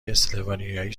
اسلوونیایی